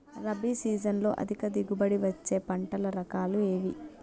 రబీ సీజన్లో అధిక దిగుబడి వచ్చే పంటల రకాలు ఏవి?